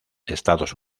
estados